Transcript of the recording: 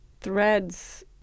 threads